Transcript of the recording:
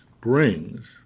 brings